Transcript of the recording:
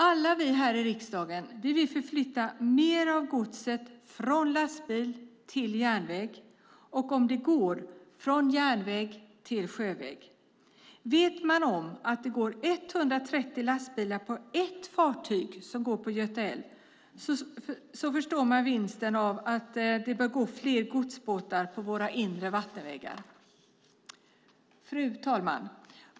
Alla vi här i riksdagen vill förflytta mer av godset från lastbilar till järnväg och om det går från järnväg till sjöväg. Vet man om att det går 130 lastbilar på ett fartyg som går i Göta älv förstår man vinsten av att det går fler godsbåtar på våra inre vattenvägar. Fru talman!